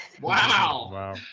Wow